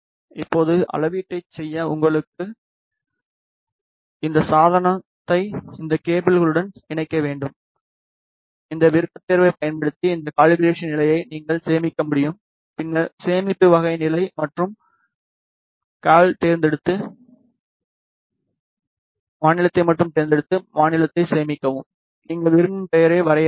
இப்போது அளவீட்டைச் செய்ய உங்கள் சாதனத்தை இந்த கேபிள்களுடன் இணைக்க வேண்டும் இந்த விருப்பத்தேர்வைப் பயன்படுத்தி இந்த கலிபராசன் நிலையை நீங்கள் சேமிக்க முடியும் பின்னர் சேமிப்பு வகை நிலை மற்றும் கலோவைத் தேர்ந்தெடுத்து மாநிலத்தை மட்டும் தேர்ந்தெடுத்து மாநிலத்தை சேமிக்கவும் நீங்கள் விரும்பும் பெயரை வரையறுக்கலாம்